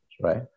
Right